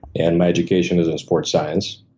and my education is in sports science.